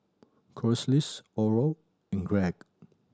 Corliss Oral and Greg